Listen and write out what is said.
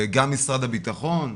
גם משרד הבטחון,